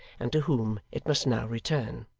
and to whom it must now return.